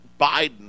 Biden